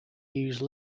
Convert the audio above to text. use